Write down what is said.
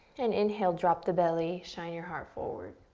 and inhale, drop the belly, shine your heart forward.